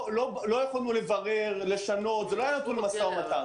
לא יכולנו לברר, לשנות, זה לא היה נתון למשא ומתן.